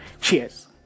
Cheers